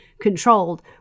controlled